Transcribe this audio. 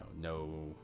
no